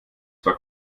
zwar